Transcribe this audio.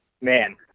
man